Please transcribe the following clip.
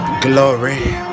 Glory